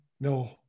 no